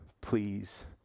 please